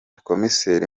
komiseri